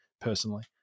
personally